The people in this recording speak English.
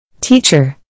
Teacher